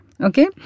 Okay